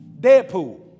Deadpool